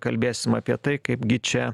kalbėsim apie tai kaipgi čia